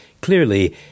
clearly